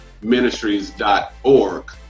ministries.org